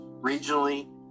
regionally